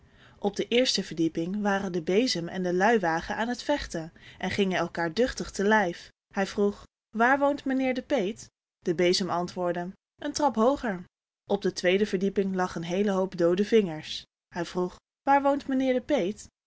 op de eerste verdieping waren de bezem en de luiwagen aan t vechten en gingen elkaâr duchtig te lijf hij vroeg waar woont mijnheer de peet de bezem antwoordde een trap hooger op de tweede verdieping lag een heele hoop doode vingers hij vroeg waar woont mijnheer de peet